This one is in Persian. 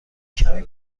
کمی